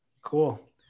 Cool